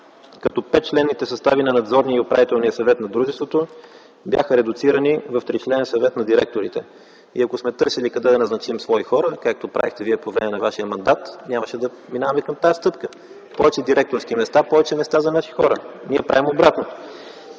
като 5-членните състави на Надзорния и Управителния съвет на дружеството бяха редуцирани в 3-членен Съвет на директорите. И, ако сме търсили къде да назначим свои хора, както правехте вие по време на вашия мандат, нямаше да минаваме към тази стъпка. Повече директорски места – повече места за наши хора. Ние правим обратното.